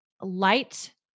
light